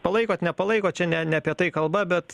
palaikot nepalaikot čia ne ne apie tai kalba bet